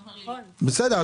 בסדר,